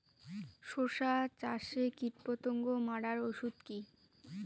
শসা চাষে কীটপতঙ্গ মারার ওষুধ কি?